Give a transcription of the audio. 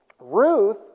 Ruth